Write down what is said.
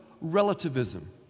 relativism